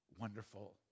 wonderful